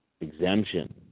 exemption